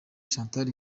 chantal